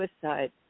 suicide